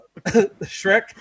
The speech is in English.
Shrek